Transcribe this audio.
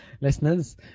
listeners